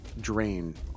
drain